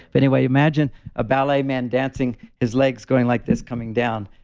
but anyway, imagine a ballet man dancing, his legs going like this coming down.